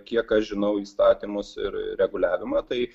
kiek aš žinau įstatymus ir reguliavimą tai